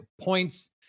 points